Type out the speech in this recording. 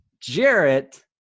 Jarrett